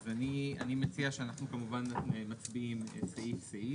אז אני מציע שאנחנו כמובן מצביעים סעיף-סעיף.